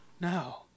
No